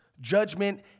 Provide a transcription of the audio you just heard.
judgment